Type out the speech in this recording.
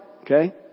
okay